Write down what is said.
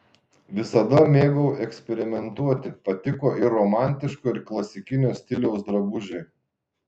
visada mėgau eksperimentuoti patiko ir romantiško ir klasikinio stiliaus drabužiai